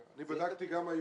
אני בדקתי גם היום.